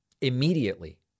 immediately